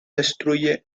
destruye